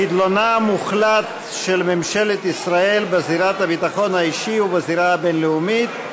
חדלונה המוחלט של ממשלת ישראל בזירת הביטחון האישי ובזירה הבין-לאומית,